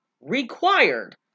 required